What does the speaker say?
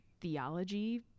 theology